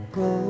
go